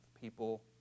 people